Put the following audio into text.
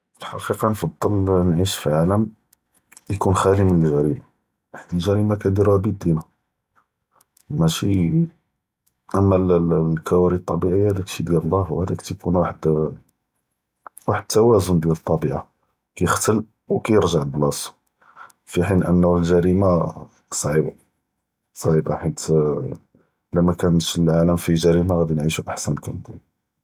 פַּאלְחַקִיקָה נַפְדֶּל נְעִיש פַּעָאלֶם יְכוּן חָ'אלִי מִן אֶל-גַּרִימָה, כָּאנְדִירוּהָא בִּידִינָא, מְשִי, אַמָּא אֶל-כַּוָארֶת אֶל-טַבִּיעִיָה דַאק שִי דִיָאל אַלְלָה וְהָדָאכּ תִּיכּוּן וָחֵד אֶתְּ-תַּוָאזוּן דִיָאל אֶטְ-טַבִּיעָה כַּאיְכְּתַל וְכַּיְרְגַ'ע לִבְּלָאסְתוּ, פַּחִין אֶנָּא אֶל-גַּרִימָה צָעִיבָה, צָעִיבָה חִית אִלָא כָּאן מָא כָּאנְש אֶל-עָאלֶם פִיה אֶל-גַּרִימָה עְ'אדִי נְעִישוּ אַחְסָן.